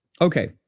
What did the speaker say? Okay